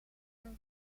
een